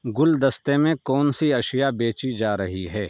گلدستے میں کون سی اشیاء بیچی جا رہی ہے